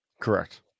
Correct